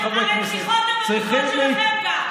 חברי כנסת, הרציחות הן גם מהתקופות שלכם ם.